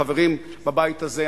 חברים בבית הזה,